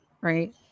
right